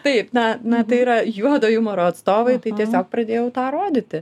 taip na na tai yra juodo jumoro atstovai tai tiesiog pradėjau tą rodyti